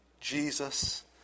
Jesus